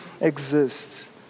exists